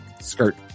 skirt